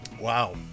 Wow